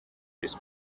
this